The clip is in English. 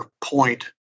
point